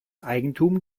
eigentum